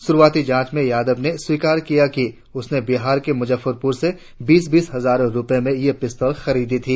शुरुआती जांच में यादव ने स्वीकार किया है कि उसने बिहार के मुजफ्फरपुर से बीस बीस हजार रुपये में ये पिस्तौल खरीदी थी